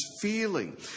feeling